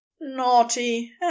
Naughty